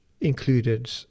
included